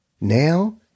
Now